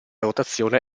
rotazione